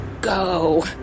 Go